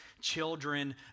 children